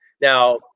Now